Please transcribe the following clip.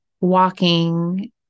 walking